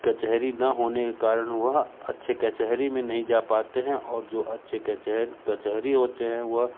कचहरी ना होने के कारण वह अच्छे कचहरी में नहीं जा पाते हैं और जो अच्छे कचह कचहरी होते हैं वह